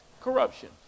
Corruption